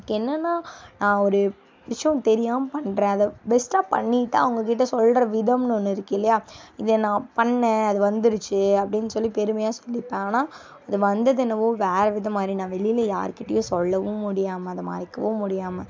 எனக்கு என்னனா நான் ஒரு விஷயம் தெரியாமல் பண்ணுறேன் அதை பெஸ்ட்டாக பண்ணிட்டு அவங்ககிட்டே சொல்கிற விதம் ஒன்று இருக்குதில்லையா இதை நான் பண்ணேன் அது வந்துடுச்சி அப்படின்னு சொல்லி பெருமையாக சொல்லிப்பேன் ஆனால் இது வந்தது என்னவோ வேறு விதம் மாதிரி நான் வெளியில் யாருக்கிட்டேயும் சொல்லவும் முடியாமல் அதை மறைக்கவும் முடியாமல்